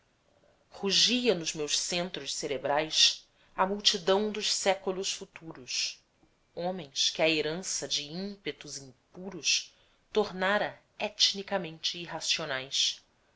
rugia nos meus centros cerebrais a multidão dos séculos futuros homens que a herança de ímpetos impuros tornara etnicamente irracionais